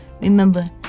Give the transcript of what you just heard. Remember